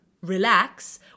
relax